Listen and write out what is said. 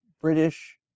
British